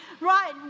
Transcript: right